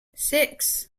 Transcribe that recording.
six